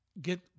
get